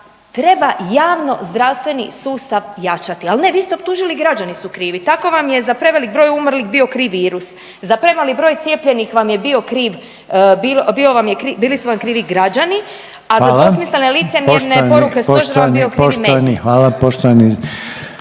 treba javnozdravstveni sustav jačati. Al' ne, vi ste optužili, građani su krivi. Tako vam je za prevelik broj umrlih bio kriv virus, za premali broj cijepljenih vam je bio kriv, bili su vam krivi građani, .../Upadica: Hvala. Poštovani, poštovani,